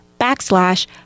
backslash